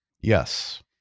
Yes